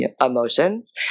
emotions